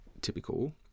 typical